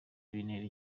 bintera